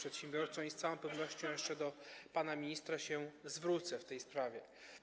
Z całą pewnością jeszcze do pana ministra się zwrócę w tej sprawie.